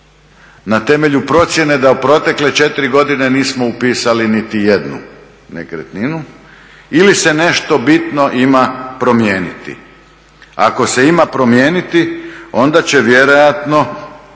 Na temelju procjene da u protekle četiri godine nismo upisali niti jednu nekretninu ili se nešto bitno ima promijeniti. Ako se ima promijeniti onda će vjerojatno